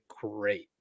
great